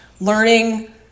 learning